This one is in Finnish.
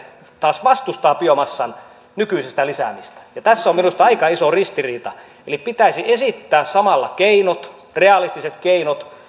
taas vastustavat biomassan lisäämistä nykyisestä tässä on minusta aika iso ristiriita eli pitäisi esittää samalla keinot realistiset keinot